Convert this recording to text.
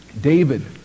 David